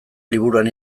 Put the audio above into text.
liburuan